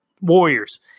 warriors